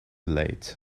late